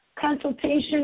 consultation